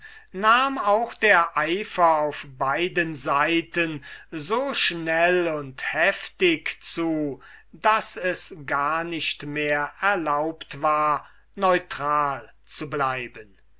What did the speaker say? nahm auch der eifer auf beiden seiten so schnell und heftig zu daß es gar nicht mehr erlaubt war neutral zu bleiben